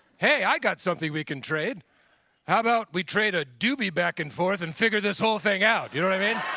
hey, i got something we can trade how about we trade a doobie back and forth and figure this whole thing out, you know what i mean?